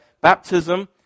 baptism